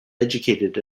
educated